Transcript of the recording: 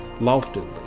Loftily